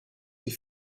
die